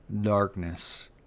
darkness